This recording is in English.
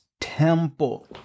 temple